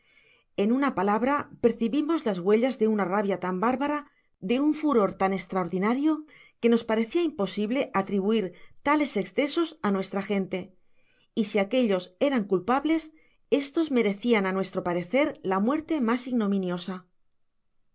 en una palabra percibimos las huellas de una rabia tan barbara de un furor tan estraordinario que nos pareeia imposible atribuir tales escesos á nuestra gente y si aquellos eran culpables estos merecian á nuestro parecer la muer te mas ignominiosa